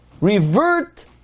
revert